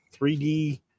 3D